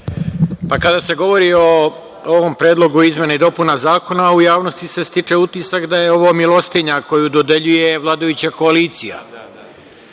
Kada se govori o ovom Predlogu izmena i dopuna zakona, u javnosti se stiče utisak da je ovo milostinja koju dodeljuje vladajuća koalicija.